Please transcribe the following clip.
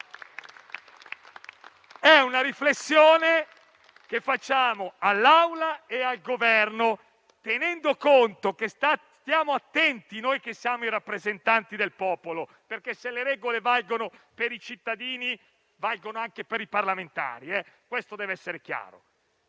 una riflessione che facciamo all'Assemblea e al Governo. Stiamo attenti noi che siamo i rappresentanti del popolo, perché, se le regole valgono per i cittadini, valgono anche per i parlamentari. Questo deve essere chiaro.